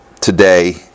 today